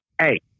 hey